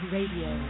Radio